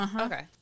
Okay